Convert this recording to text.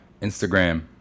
Instagram